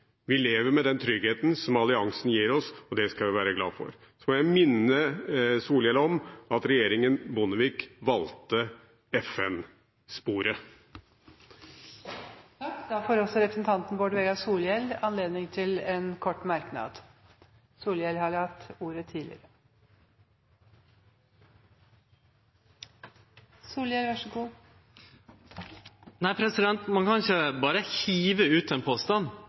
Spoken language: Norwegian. Vi lever med den tryggheten som alliansen gir oss, og det skal vi være glad for. Jeg vil minne representanten Solhjell om at regjeringen Bondevik valgte FN-sporet. Representanten Bård Vegar Solhjell har hatt ordet to ganger tidligere og får ordet til en kort merknad, begrenset til 1 minutt. Ein kan ikkje berre hive ut ein påstand